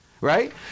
Right